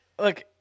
Look